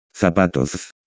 Zapatos